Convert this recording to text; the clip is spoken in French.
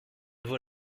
vaut